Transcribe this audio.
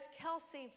Kelsey